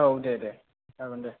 औ दे दे जागोन दे